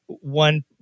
one